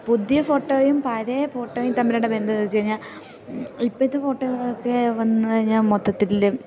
പുതിയ ഫോട്ടോയും പഴയ ഫോട്ടോയും തമ്മിലുള്ള ബന്ധമെന്താണെന്നു വെച്ചു കഴിഞ്ഞാൽ ഇപ്പോഴത്തെ ഫോട്ടോകളൊക്കെ വന്നു കഴിഞ്ഞാൽ മൊത്തത്തിൽ